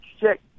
check